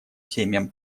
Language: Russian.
семьям